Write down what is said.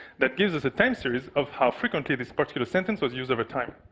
that gives us a time series of how frequently this particular sentence was used over time.